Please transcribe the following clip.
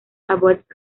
abbott